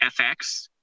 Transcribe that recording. FX